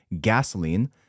gasoline